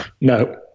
no